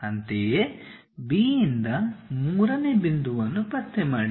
ಅಂತೆಯೇ B ಯಿಂದ ಮೂರನೇ ಬಿಂದುವನ್ನು ಪತ್ತೆ ಮಾಡಿ